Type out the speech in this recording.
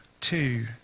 Two